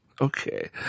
Okay